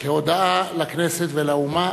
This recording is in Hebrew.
כהודעה לכנסת ולאומה